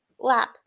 lap